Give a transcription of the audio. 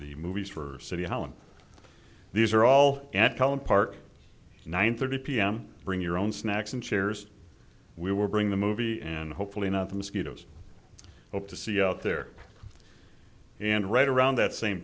the movies for city hall and these are all at holland park nine thirty pm bring your own snacks and chairs we were bring the movie and hopefully not the mosquitoes hope to see out there and right around that same